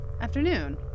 Afternoon